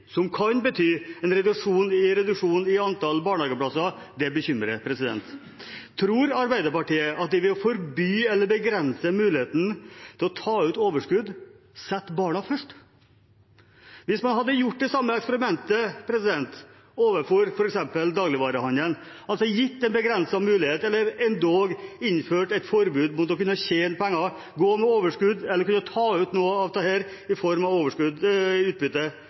som kan bety en reduksjon i antall barnehageplasser, bekymrer. Tror Arbeiderpartiet at de ved å forby eller begrense muligheten til å ta ut overskudd, setter barna først? Hvis man hadde gjort det samme eksperimentet overfor f.eks. dagligvarehandelen, altså begrenset muligheten til eller endog innført et forbud mot å kunne tjene penger, gå med overskudd og ta ut noe av utbyttet, ville man da ha satt kunden i